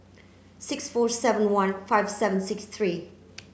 six four seven one five seven six three